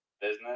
business